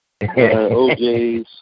OJs